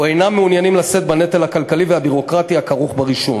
אינם מעוניינים לשאת בנטל הכלכלי והביורוקרטי הכרוך ברישום.